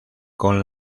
con